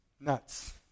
nuts